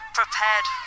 prepared